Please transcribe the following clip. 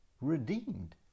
redeemed